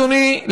אדוני,